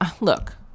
look